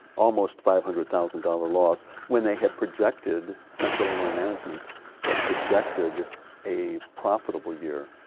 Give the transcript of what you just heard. almost five hundred thousand dollars loss when they had projected, central illinois management had projected a profitable year.